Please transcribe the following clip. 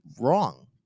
Wrong